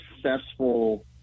successful